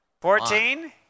Fourteen